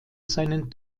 seinen